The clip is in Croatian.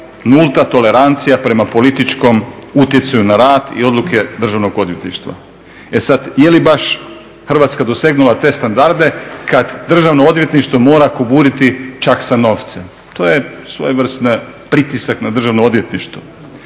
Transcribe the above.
nulta tolerancija prema političkom utjecaju na rad i odluke Državnog odvjetništva. E sada, jeli baš Hrvatska dosegnula te standarde kada Državno odvjetništvo mora kuburiti čak sa novcem? To je svojevrstan pritisak na Državno odvjetništvo.